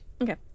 okay